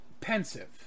pensive